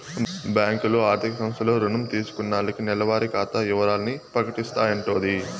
బ్యాంకులు, ఆర్థిక సంస్థలు రుణం తీసుకున్నాల్లకి నెలవారి ఖాతా ఇవరాల్ని ప్రకటిస్తాయంటోది